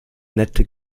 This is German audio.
nette